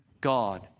God